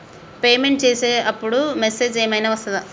Payment చేసే అప్పుడు message ఏం ఐనా వస్తదా?